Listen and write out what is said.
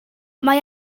mae